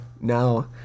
Now